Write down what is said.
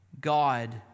God